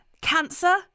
Cancer